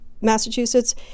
Massachusetts